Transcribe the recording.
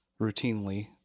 routinely